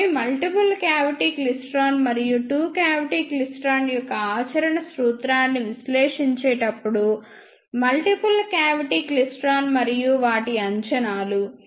ఆపై multiple cavity klystron మరియు two cavity klystron యొక్క ఆచరణ సూత్రాన్ని విశ్లేషించేటప్పుడు మల్టిపుల్ క్యావిటి క్లైస్ట్రాన్ మరియు వాటి అంచనాలు